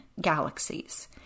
galaxies